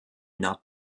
not